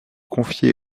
confiée